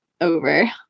over